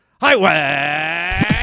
Highway